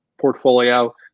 portfolio